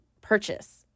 purchase